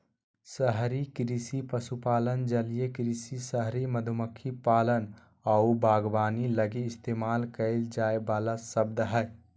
शहरी कृषि पशुपालन, जलीय कृषि, शहरी मधुमक्खी पालन आऊ बागवानी लगी इस्तेमाल कईल जाइ वाला शब्द हइ